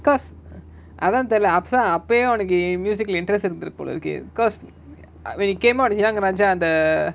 cause அதா தெரில:atha therila apsaa அப்பவே அவனுக்கு:appave avanuku music lah interest இருந்திருக்கு போல இருக்கு:irunthiruku pola iruku because when he came out sirangraja அந்த:antha